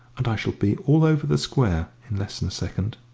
and i shall be all over the square in less than a second!